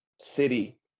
city